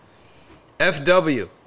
FW